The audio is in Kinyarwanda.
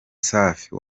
safi